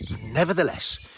Nevertheless